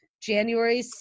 January